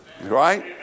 Right